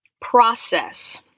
process